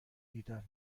دیدن